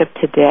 today